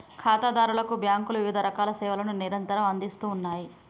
ఖాతాదారులకు బ్యాంకులు వివిధరకాల సేవలను నిరంతరం అందిస్తూ ఉన్నాయి